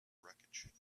wreckage